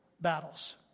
battles